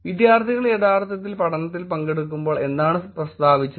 വിദ്യാർത്ഥികൾ യഥാർത്ഥത്തിൽ പഠനത്തിൽ പങ്കെടുക്കുമ്പോൾ എന്താണ് പ്രസ്താവിച്ചത്